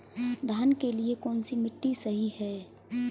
धान के लिए कौन सी मिट्टी सही है?